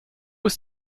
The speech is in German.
ist